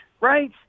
right